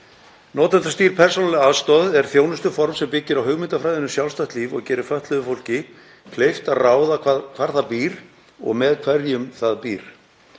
Notendastýrð persónuleg aðstoð er þjónustuform sem byggir á hugmyndafræðinni um sjálfstætt líf og gerir fötluðu fólki kleift að ráða því hvar það býr og með hverjum það býr.